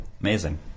amazing